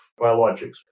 biologics